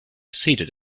seated